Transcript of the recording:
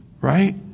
Right